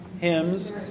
hymns